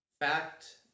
fact